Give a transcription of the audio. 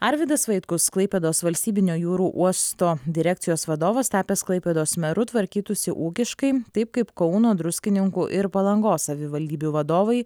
arvydas vaitkus klaipėdos valstybinio jūrų uosto direkcijos vadovas tapęs klaipėdos meru tvarkytųsi ūkiškai taip kaip kauno druskininkų ir palangos savivaldybių vadovai